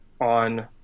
on